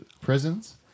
prisons